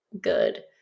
good